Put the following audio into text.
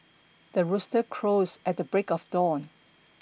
the rooster crows at the break of dawn